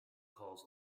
calls